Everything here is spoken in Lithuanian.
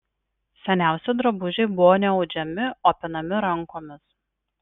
seniausi drabužiai buvo ne audžiami o pinami rankomis